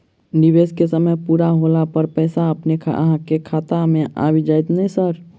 निवेश केँ समय पूरा होला पर पैसा अपने अहाँ खाता मे आबि जाइत नै सर?